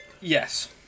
Yes